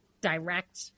direct